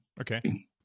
Okay